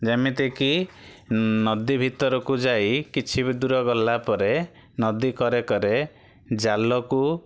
ଯେମିତିକି ନଦୀ ଭିତରକୁ ଯାଇ କିଛି ବି ଦୂର ଗଲା ପରେ ନଦୀ କରେ କରେ ଜାଲକୁ